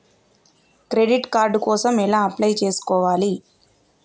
Credit card కోసం ఎలా apply చేసుకోవాలి?